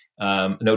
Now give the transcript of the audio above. No